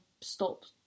stopped